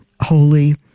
holy